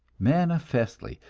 manifestly,